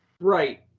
Right